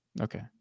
okay